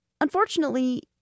unfortunately